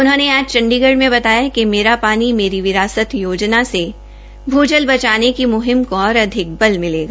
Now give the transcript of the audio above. उन्होंने आज चंडीगढ़ में बताया कि मेरा पानी मेरी विरासत योजना से भू जल बचाने की मुहिम को और अधिक बल मिलेगा